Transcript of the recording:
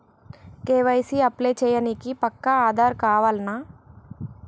KYC apply చేయనీకి పక్కా ఆధార్ కావాల్నా?